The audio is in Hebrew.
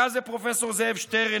היה זה פרופ' זאב שטרנהל,